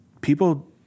people